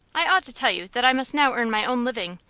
i ought to tell you that i must now earn my own living,